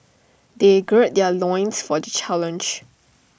they gird their loins for the challenge